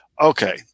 Okay